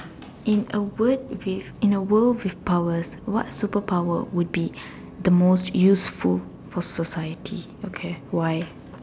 in a word with in a world with powers what superpower would be the most useful for society okay why